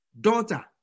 daughter